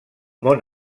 món